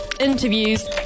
interviews